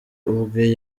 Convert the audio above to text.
ubwe